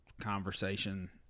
conversation